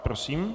Prosím.